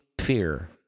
fear